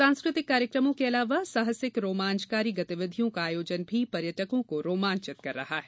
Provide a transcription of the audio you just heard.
सांस्कृतिक कार्यक्रमों के अलावा साहसिक रोमांचकारी गतिविधियों का आयोजन भी पर्यटकों को रोमांचित कर रहा है